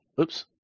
oops